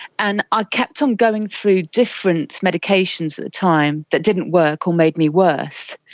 and i kept on going through different medications at the time that didn't work or made me worse.